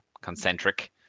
concentric